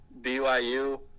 BYU